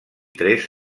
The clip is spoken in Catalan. tres